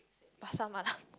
Pasar Malam